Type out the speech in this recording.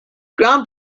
ground